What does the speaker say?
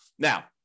Now